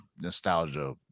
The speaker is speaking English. nostalgia